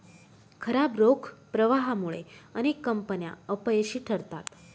खराब रोख प्रवाहामुळे अनेक कंपन्या अपयशी ठरतात